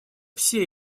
все